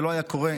זה לא היה קורה,